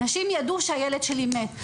אנשים ידעו שהילד שלי מת.